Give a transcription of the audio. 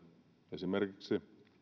esimerkiksi